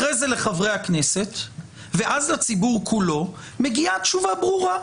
אחרי זה לחברי הכנסת ואז לציבור כולו מגיעה תשובה ברורה.